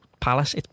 Palace